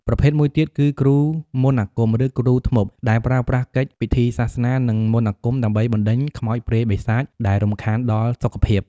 ប្រភេទមួយទៀតគឺ គ្រូមន្តអាគម ឬ គ្រូធ្មប់ ដែលប្រើប្រាស់កិច្ច ពិធីសាសនា និងមន្តអាគមដើម្បីបណ្តេញខ្មោចព្រាយបិសាចដែលរំខានដល់សុខភាព។